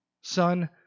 Son